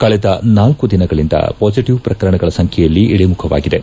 ಕಳೆದ ನಾಲ್ಲು ದಿನಗಳಿಂದ ಪಾಸಿಟಿವ್ ಪ್ರಕರಣಗಳ ಸಂಖ್ಯೆಯಲ್ಲಿ ಇಳಮುಖವಾಗಿದೆ